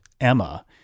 Emma